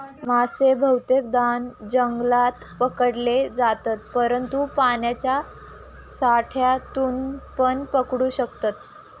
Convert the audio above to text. मासे बहुतेकदां जंगलात पकडले जातत, परंतु पाण्याच्या साठ्यातूनपण पकडू शकतत